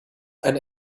ein